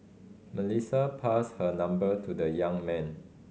Melissa passed her number to the young man